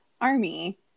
army